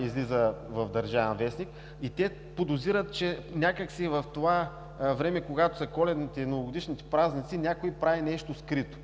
излиза в „Държавен вестник“. Те подозират, че в това време, когато са Коледните и Новогодишните празници, някой прави нещо скрито.